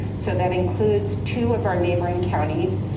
so that includes two of our neighboring counties,